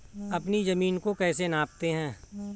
अपनी जमीन को कैसे नापते हैं?